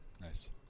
Nice